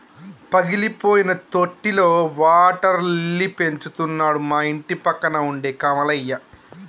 పగిలిపోయిన తొట్టిలో water lily పెంచుతున్నాడు మా ఇంటిపక్కన ఉండే కమలయ్య